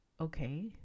okay